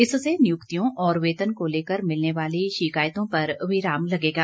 इससे नियुक्तियों और वेतन को लेकर मिलने वाली शिकायतों पर विराम लगेगा